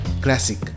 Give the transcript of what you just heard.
Classic